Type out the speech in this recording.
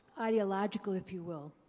ideologically, if you will,